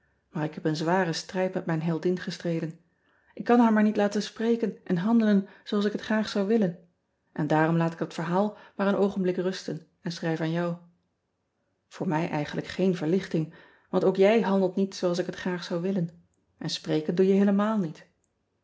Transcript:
maar ik heb een zwaren strijd met mijn heldin gestreden k kan haar maar niet laten spreken en handelen zooals ik het graag zou willen en daarom laat ik dat verhaal maar een oogenblik rusten en schrijf aan jou oor mij eigenlijk geen verlichting want ook jij handelt niet zooals ik het graag zou willen en spreken doe je heelemaal niet